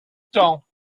temps